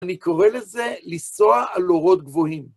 אני קורא לזה ליסוע על אורות גבוהים.